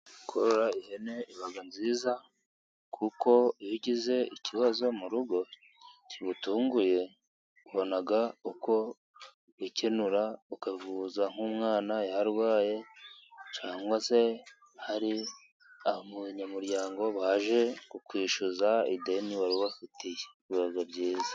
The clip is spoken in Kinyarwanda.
Korora ihene biba byiza, kuko iyo ugize ikibazo mu rugo, kigutunguye ubona uko wikenura ukavuza nk'umwana yarwaye, cyangwa se hari abanyamuryango baje ku kwishyuza ideni wari ubafitiye biba byiza.